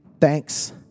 thanks